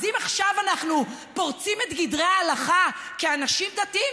אז אם עכשיו אנחנו פורצים את גדרי ההלכה כאנשים דתיים,